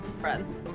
friends